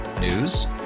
News